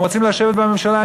הם רוצים לשבת בממשלה,